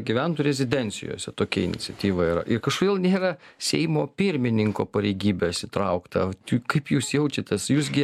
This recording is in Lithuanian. gyventų rezidencijose tokia iniciatyva yra ir kažkodėl nėra seimo pirmininko pareigybės įtraukta kaip jūs jaučiatės jūs gi